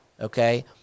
okay